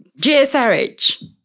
GSRH